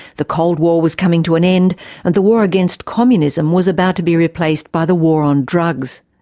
the cold war was coming to an end and the war against communism was about to be replaced by the war on drugs.